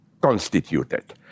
constituted